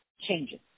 changes